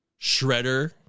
shredder